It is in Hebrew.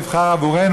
תבחר עבורנו,